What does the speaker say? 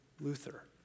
Luther